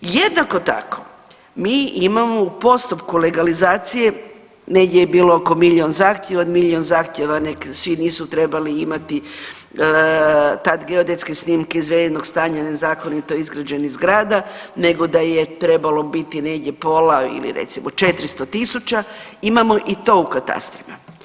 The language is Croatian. Jednako tako mi imamo u postupku legalizacije negdje je bilo oko milion zahtjeva od milion zahtjeva nek svi nisu trebali imati tad geodetske snimke izvedenog stanja nezakonito izgrađenih zgrada nego da je trebalo biti negdje pola ili recimo 400.000 imamo i to u katastrima.